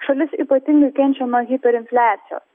šalis ypatingai kenčia nuo hiperinfliacijos